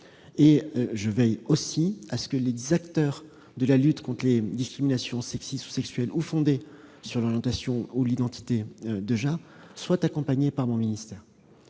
Je veille aussi à ce que les acteurs de la lutte contre les discriminations sexistes ou sexuelles, ou fondées sur l'orientation ou l'identité de genre soient accompagnés par mes services.